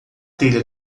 telha